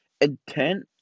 Intent